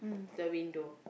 the window